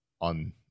on